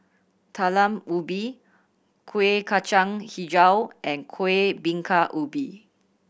Talam Ubi Kuih Kacang Hijau and Kuih Bingka Ubi